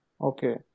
okay